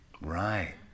Right